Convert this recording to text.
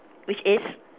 which is